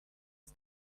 his